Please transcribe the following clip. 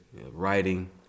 writing